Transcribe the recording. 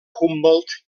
humboldt